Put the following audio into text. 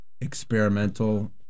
experimental